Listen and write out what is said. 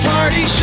Party